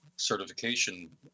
certification